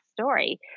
story